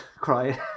crying